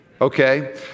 okay